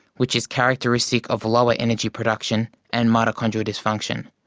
which is characteristic of lower energy production, and mitochondrial dysfunction,